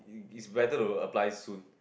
it's better to apply soon